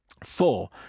Four